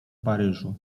paryżu